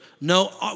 No